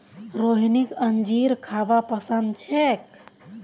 रोहिणीक अंजीर खाबा पसंद छेक